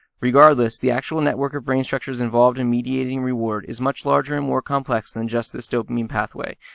regardless, the actual network of brain structures involved in mediating reward is much larger and more complex than just this dopamine pathway,